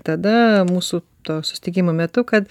tada mūsų to susitikimo metu kad